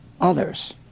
others